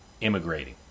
immigrating